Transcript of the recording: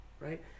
right